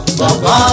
baba